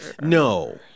No